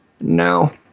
No